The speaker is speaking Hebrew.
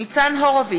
ניצן הורוביץ,